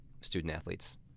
student-athletes